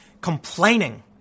complaining